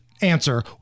answer